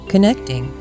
Connecting